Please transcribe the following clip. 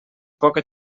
poca